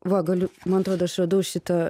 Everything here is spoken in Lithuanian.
va galiu man atrodo aš radau šitą